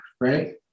right